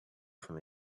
from